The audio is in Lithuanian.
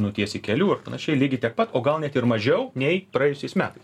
nutiesti kelių ar panašiai lygiai tiek pat o gal net ir mažiau nei praėjusiais metais